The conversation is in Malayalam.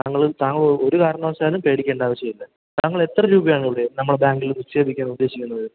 താങ്കൾ താങ്കൾ ഒരു കാരണവശാലും പേടിക്കേണ്ട ആവശ്യം ഇല്ല താങ്കൾ എത്ര രൂപയാണ് ഇവിടെ നമ്മുടെ ബാങ്കിൽ നിക്ഷേപിക്കാൻ ഉദ്ദേശിക്കുന്നത്